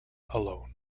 alone